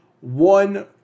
one